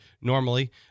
normally